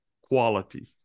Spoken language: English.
quality